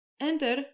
Enter